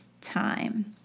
time